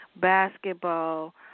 basketball